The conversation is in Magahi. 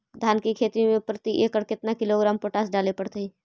धान की खेती में प्रति एकड़ केतना किलोग्राम पोटास डाले पड़तई?